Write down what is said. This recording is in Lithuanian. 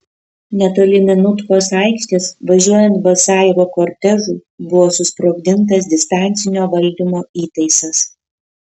netoli minutkos aikštės važiuojant basajevo kortežui buvo susprogdintas distancinio valdymo įtaisas